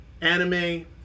anime